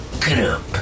group